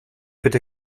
bitte